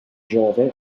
giove